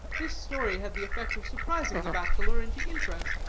this story had the effect of surprising the bachelor into interest,